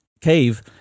cave